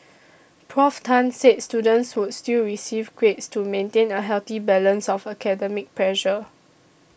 Prof Tan said students would still receive grades to maintain a healthy balance of academic pressure